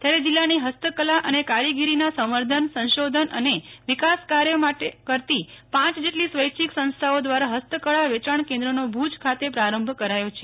ત્યારે જિલ્લાની હસ્તકલા અને કારીગીરીના સંવર્ધન સંશોધન અને વિકાસ માટે કાર્ય કરતી પાંચ જેટલી સ્વૈચ્છીક સંસ્થાઓ દ્વારા હસ્તકળા વેંચાણ કેન્દ્રનો ભૂજ ખાતે પ્રારંભ કરાયો છે